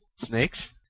Snakes